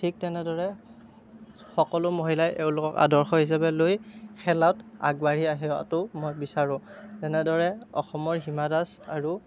ঠিক তেনেদৰে সকলো মহিলাই এওঁলোকক আদৰ্শ হিচাপে লৈ খেলত আগবাঢ়ি অহাটো মই বিছাৰোঁ যেনেদৰে অসমৰ হিমা দাস আৰু